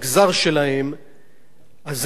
אז הם טועים טעות מרה.